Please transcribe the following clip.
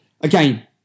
again